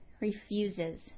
refuses